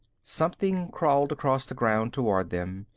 something crawled across the ground toward them,